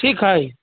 ठीक हइ